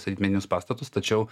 statyt medinius pastatus tačiau